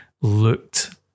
looked